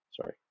Sorry